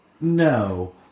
No